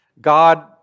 God